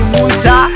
Musa